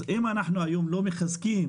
אם אנחנו היום לא מחזקים